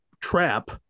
trap